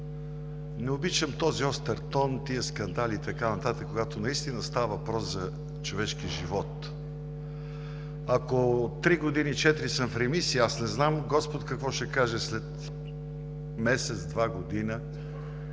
Не обичам този остър тон, тези скандали и така нататък, когато наистина става въпрос за човешкия живот. Ако три – четири години съм в ремисия, не знам какво ще каже господ след месец, два, година.